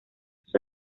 sus